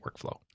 workflow